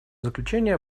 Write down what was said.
заключение